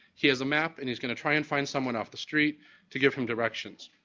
he has a map and he's going to try and find someone off the street to give him directions.